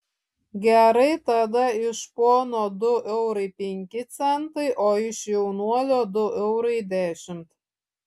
gerai tada iš pono du eurai penki centai o iš jaunuolio du eurai dešimt